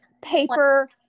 paper